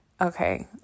Okay